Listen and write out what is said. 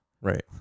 right